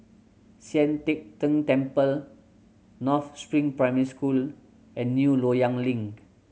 Sian Teck Tng Temple North Spring Primary School and New Loyang Link